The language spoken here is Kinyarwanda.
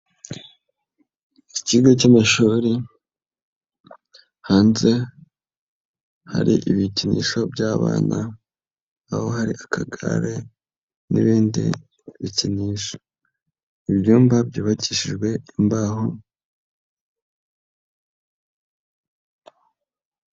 Ikigo cy'amashuri, hanze hari ibikinisho by'abana aho hari akagare n'ibindi bikinisho. Ibyumba byubakishijwe imbaho...